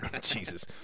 jesus